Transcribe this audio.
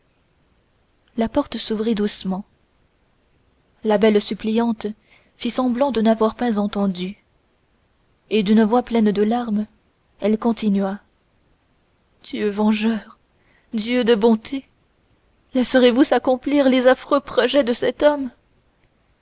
la porte s'ouvrit doucement la belle suppliante fit semblant de n'avoir pas entendu et d'une voix pleine de larmes elle continua dieu vengeur dieu de bonté laisserez-vous s'accomplir les affreux projets de cet homme